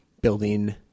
building